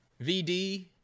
vd